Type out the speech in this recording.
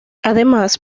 además